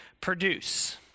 produce